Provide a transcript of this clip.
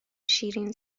شیرین